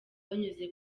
banyuze